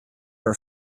her